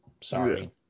Sorry